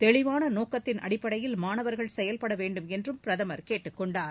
தெளிவாள நோக்கத்தின் அடிப்படையில் மாணவர்கள் செயல்பட வேண்டுமென்றும் பிரதமர் கேட்டுக் கொண்டார்